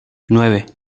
nueve